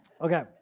Okay